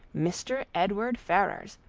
mr. edward ferrars,